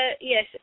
Yes